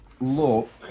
look